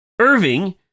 Irving